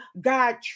God